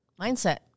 Mindset